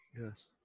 Yes